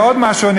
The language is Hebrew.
ועוד משהו,